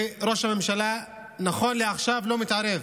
וראש הממשלה נכון לעכשיו לא מתערב.